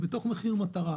בתוך מחיר מטרה,